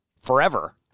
forever